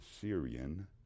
Syrian